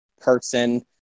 person